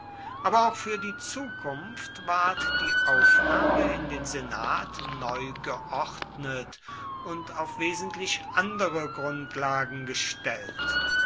aber auch für die zukunft ward die aufnahme in den senat neu geordnet und auf wesentlich andere grundlagen gestellt